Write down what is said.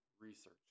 research